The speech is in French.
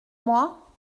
moi